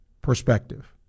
perspective